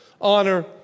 honor